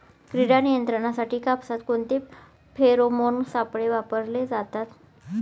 कीड नियंत्रणासाठी कापसात कोणते फेरोमोन सापळे वापरले जातात?